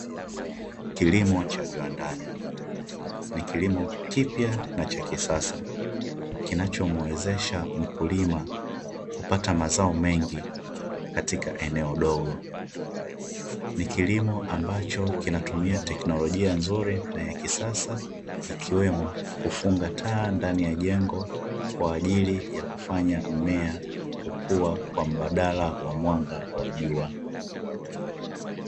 Kilimo cha viwandani. Ni kilimo kipya na cha kisasa, kinachomuwezesha mkulima kupata mazao mengi katika eneo dogo. Ni kilimo ambacho kinatumia teknolojia nzuri na ya kisasa, ikiwemo kufunga taa ndani ya jengo kwa ajili ya kufanya mmea kukua, kwa mbadala wa mwanga wa jua.